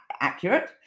accurate